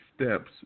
steps